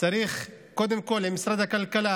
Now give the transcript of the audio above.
קודם כול, משרד הכלכלה